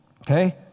Okay